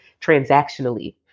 transactionally